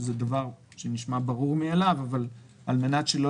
שזה דבר שנשמע ברור מאליו אבל על מנת שלא